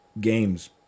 games